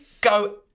go